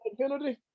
penalty